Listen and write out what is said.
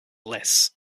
less